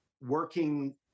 working